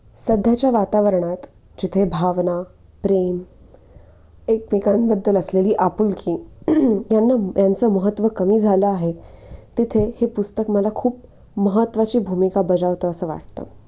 सध्याच्या वातावरणात जिथे भावना प्रेम एकमेकांबद्दल असलेली आपुलकी यांना यांचं महत्त्व कमी झालं आहे तिथे हे पुस्तक मला खूप महत्त्वाची भूमिका बजावतं असं वाटतं